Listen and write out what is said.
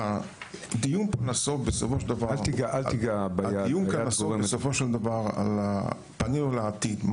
הדיון פה נסוב בסופו של דבר על פנינו לעתיד,